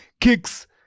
kicks